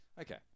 Okay